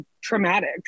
traumatic